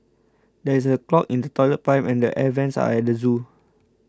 there is a clog in the Toilet Pipe and the Air Vents at the zoo